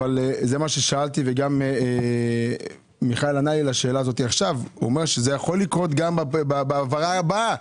זה מה ששאלתי ומיכאל ענה לי הוא אומר שזה יכול להיות גם בהעברה הבאה.